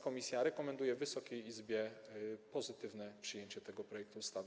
Komisja rekomenduje Wysokiej Izbie pozytywne przyjęcie tego projektu ustawy.